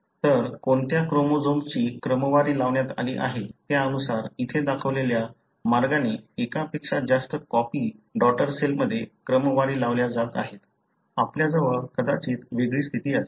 तर कोणत्या क्रोमोझोमची क्रमवारी लावण्यात आली आहे त्यानुसार इथे दाखवलेल्या मार्गाने एकापेक्षा जास्त कॉपी डॉटर सेलमध्ये क्रमवारी लावल्या जात आहेत आपल्या जवळ कदाचित वेगळी स्थिती असेल